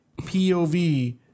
POV